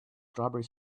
strawberry